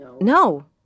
No